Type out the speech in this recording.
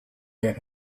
that